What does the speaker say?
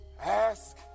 ask